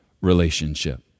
relationship